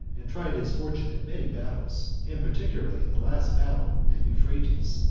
and tried his fortune in many battles, and particularly in the last battle at euphrates,